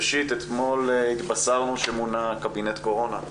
ראשית, אתמול התבשרנו שמונה קבינט קורונה,